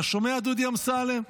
אתה שומע, דודי אמסלם?